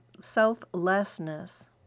selflessness